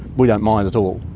we don't mind at all.